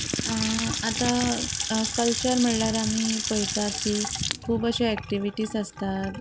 आतां कल्चर म्हणल्यार आमी पयतात की खूब अश्यो एक्टिविटीज आसतात